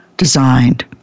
designed